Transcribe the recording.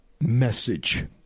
message